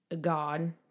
God